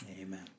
Amen